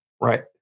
Right